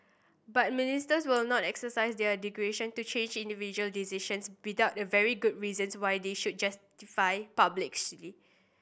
but Ministers will not exercise their discretion to change individual decisions without very good reasons why they should justify publicly